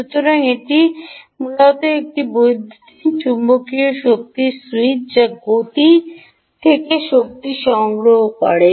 সুতরাং এটি মূলত একটি বৈদ্যুতিন চৌম্বকীয় সুইচ যা গতি থেকে শক্তি সংগ্রহ করছে